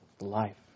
life